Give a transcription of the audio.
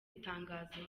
itangazo